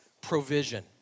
provision